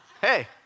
Hey